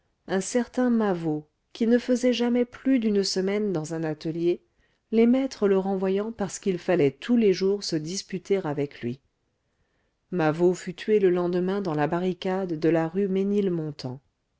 un certain mavot qui ne faisait jamais plus d'une semaine dans un atelier les maîtres le renvoyant parce qu'il fallait tous les jours se disputer avec lui mavot fut tué le lendemain dans la barricade de la rue ménilmontant